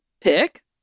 pick